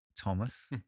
Thomas